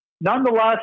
nonetheless